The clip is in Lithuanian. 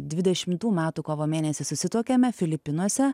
dvidešimtų metų kovo mėnesį susituokėme filipinuose